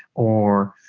or